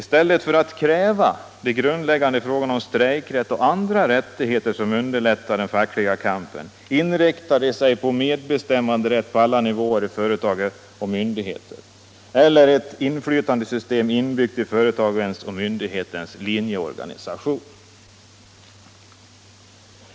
I stället för att kräva den grundläggande säkerhet och andra rättigheter som underlättar den fackliga kampen inriktar den sig på medbestämmanderätt på alla nivåer i företag och myndigheter eller på ett inflytandesystem inbyggt i företagens och myndigheternas linjeorganisation.